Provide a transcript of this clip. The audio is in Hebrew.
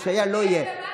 מה שהיה לא יהיה.